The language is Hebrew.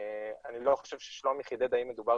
אני לא חושב ששלומי חידד האם מדובר